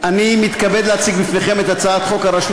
אני מתכבד להציג בפניכם את הצעת חוק הרשות